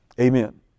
Amen